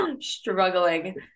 Struggling